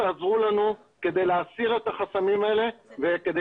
לעזור לנו כדי להסיר את החסמים האלה וכדי